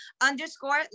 underscore